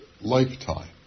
lifetime